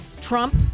Trump